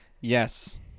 Yes